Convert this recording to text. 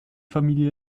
familie